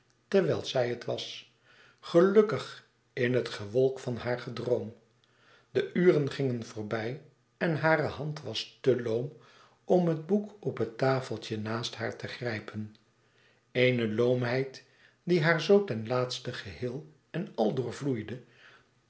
terwijl zij het was gelukkig in het gewolk van haar gedroom de uren gingen voorbij en hare hand was te loom om het boek op het tafeltje naast haar te grijpen eene loomheid die haar zoo ten laatste geheel en